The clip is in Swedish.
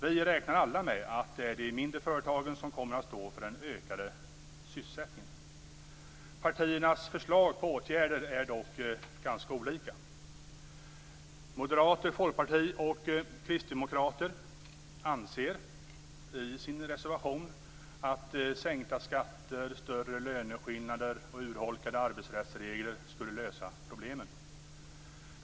Vi räknar alla med att det är de mindre företagen som kommer att stå för den ökade sysselsättningen. Partiernas förslag till åtgärder är dock ganska olika. Moderaterna, Folkpartiet och Kristdemokraterna anser i sin reservation att sänkta skatter, större löneskillnader och urholkade arbetsrättsregler skulle lösa problemen.